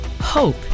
hope